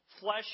flesh